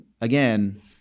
again